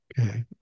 Okay